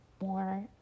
more